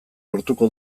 lortuko